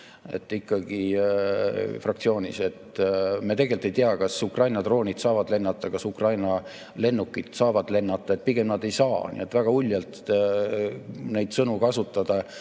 täpselt tähendab. Me tegelikult ei tea, kas Ukraina droonid saavad lennata, kas Ukraina lennukid saavad lennata. Pigem nad ei saa. Nii et väga uljalt neid sõnu kasutades